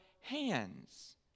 hands